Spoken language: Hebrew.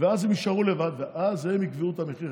ואז הם יישארו לבד ואז הם יקבעו את המחיר,